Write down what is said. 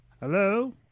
Hello